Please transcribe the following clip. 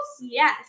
Yes